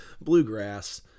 bluegrass